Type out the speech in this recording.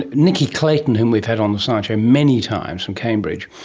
and nicky clayton, whom we've had on the science show many times, from cambridge,